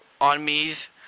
armies